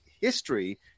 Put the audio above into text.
history